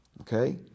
Okay